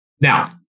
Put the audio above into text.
now